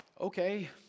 okay